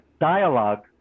dialogue